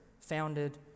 founded